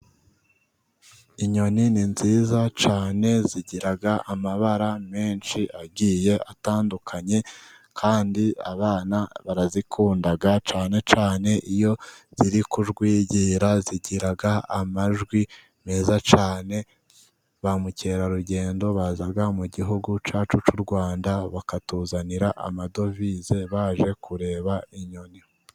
Inyoni ni nziza cyane, zigira amabara menshi agiye atandukanye, kandi abana barazikunda, cyane cyane iyo ziri kujwigira zigira amajwi meza cyane, ba mukerarugendo baza mu gihugu cyacu cy'u Rwanda bakatuzanira amadovize, baje kureba inyoni.